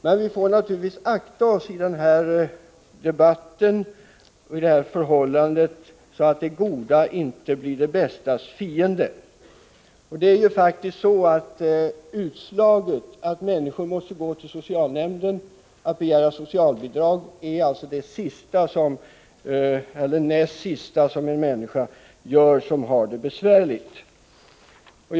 Men vi får naturligtvis akta oss, så att det goda inte blir det bästas fiende. Att gå till socialnämnden och begära socialbidrag är faktiskt det sista eller näst sista som en människa som har det besvärligt gör.